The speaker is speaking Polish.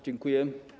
Dziękuję.